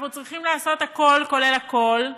אנחנו צריכים לעשות הכול כולל הכול,